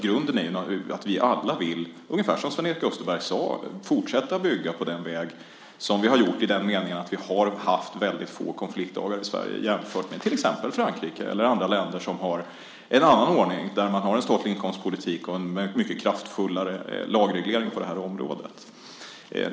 Grunden är ju att vi alla vill, ungefär som Sven-Erik Österberg sade, fortsätta bygga på det vi har påbörjat i den meningen att vi har haft väldigt få konfliktdagar i Sverige jämfört med exempelvis Frankrike eller andra länder som har en annan ordning, där man har en statlig inkomstpolitik och en mycket kraftfullare lagreglering på området.